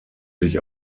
sich